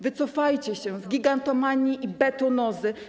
Wycofajcie się z gigantomanii i betonozy.